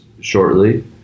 shortly